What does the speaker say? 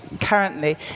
currently